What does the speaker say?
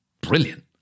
Brilliant